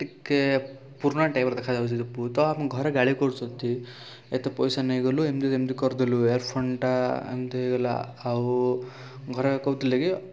ଟିକିଏ ପୁରୁଣା ଟାଇପର ଦେଖାଯାଉଛି ଦିପୁ ତ ଆମ ଘରେ ଗାଳି କରୁଛନ୍ତି ଏତେ ପଇସା ନେଇଗଲୁ ଏମିତି ଏମିତି କରିଦେଲୁ ଇୟାରଫୋନଟା ଏମିତି ହେଇଗଲା ଆଉ ଘରେ କହୁଥିଲେ କି